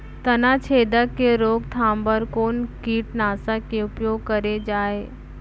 तनाछेदक के रोकथाम बर कोन कीटनाशक के उपयोग करे जाये?